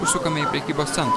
užsukame į prekybos centrą